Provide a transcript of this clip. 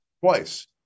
Twice